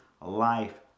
life